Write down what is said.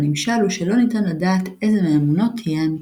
והנמשל הוא שלא ניתן לדעת איזו מהאמונות היא האמיתית.